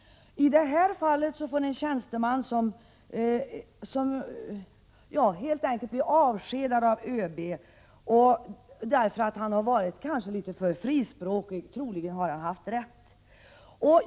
I det här fallet får en tjänsteman helt enkelt bli avskedad av ÖB därför att han kanske har varit litet för frispråkig. Troligen har han haft rätt.